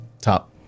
top